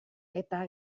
eta